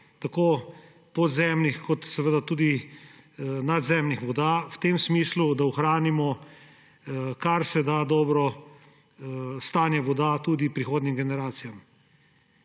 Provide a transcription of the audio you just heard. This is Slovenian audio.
tako podzemnih kot seveda tudi nadzemnih voda v tem smislu, da ohranimo karseda dobro stanje voda tudi prihodnjim generacijam.